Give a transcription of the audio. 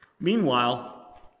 Meanwhile